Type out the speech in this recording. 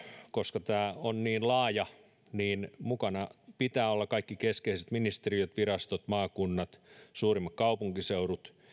koska tämä on niin laaja mukana pitää olla kaikki keskeiset ministeriöt virastot maakunnat suurimmat kaupunkiseudut